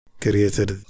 created